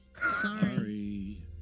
Sorry